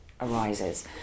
arises